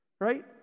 Right